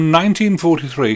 1943